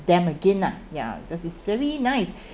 them again lah ya because it's very nice